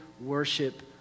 worship